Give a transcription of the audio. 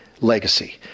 legacy